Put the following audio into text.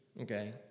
Okay